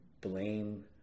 blame